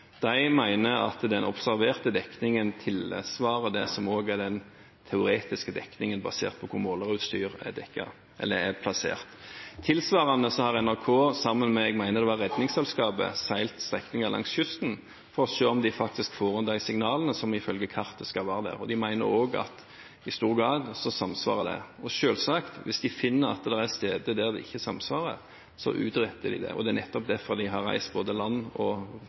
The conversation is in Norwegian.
De mener at den observerte dekningen tilsvarer det som også er den teoretiske dekningen basert på hvor måleutstyret er plassert. Tilsvarende har NRK sammen med – jeg mener det var – Redningsselskapet seilt strekninger langs kysten for å se om de faktisk får inn de signalene som ifølge kartet skal være der. De mener også at det i stor grad samsvarer. Selvsagt: Hvis de finner at det er steder der det ikke samsvarer, utbedrer de det. Det er nettopp derfor en har reist rundt både til lands og